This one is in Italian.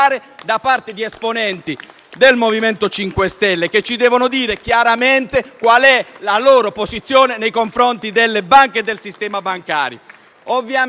di esponenti del MoVimento 5 Stelle, che ci devono dire chiaramente qual è la loro posizione nei confronti delle banche e del sistema bancario.